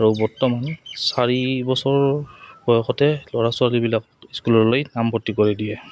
আৰু বৰ্তমান চাৰি বছৰ বয়সতে ল'ৰা ছোৱালীবিলাকত স্কুললৈ নাম ভৰ্তি কৰি দিয়ে